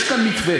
יש כאן מתווה.